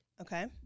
Okay